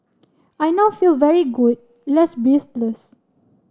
I now feel very good less breathless